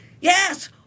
yes